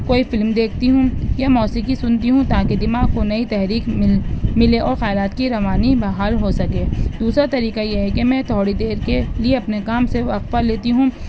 کوئی فلم دیکھتی ہوں یا موسیقی سنتی ہوں تاکہ دماغ کو نئی تحریک مل ملے اور خیالات کی روانی بحال ہو سکے دوسرا طریقہ یہ ہے کہ میں تھوڑی دیر کے لیے اپنے کام سے وقفہ لیتی ہوں